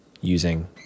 using